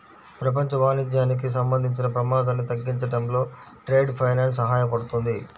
ప్రపంచ వాణిజ్యానికి సంబంధించిన ప్రమాదాన్ని తగ్గించడంలో ట్రేడ్ ఫైనాన్స్ సహాయపడుతుంది